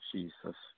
Jesus